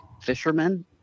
fishermen